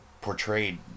portrayed